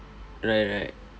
right right